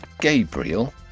Gabriel